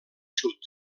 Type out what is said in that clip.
sud